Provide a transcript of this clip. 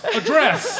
address